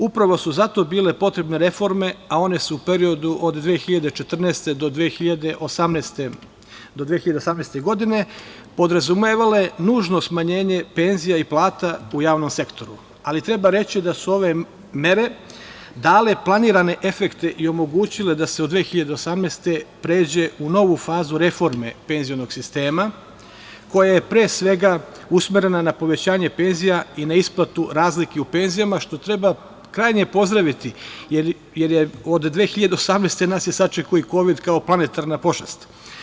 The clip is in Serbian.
Upravo su zato bile potrebne reforme, a one su u periodu od 2014. do 2018. godine podrazumevale nužno smanjenje penzija i plata u javnom sektoru, ali, treba reći da su ove mere dale planirane efekte i omogućile da se u 2018. godini pređe u novu fazu reforme penzionog sistema, koje je pre svega usmerena na povećanje penzija i na isplatu razlike u penzijama, što treba krajnje pozdraviti jer od 2018. godine nas je sačekao i kovid, kao planetarna počast.